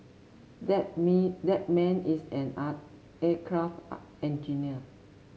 that me that man is an aircraft engineer